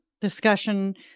discussion